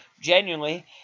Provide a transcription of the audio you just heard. genuinely